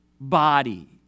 body